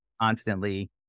constantly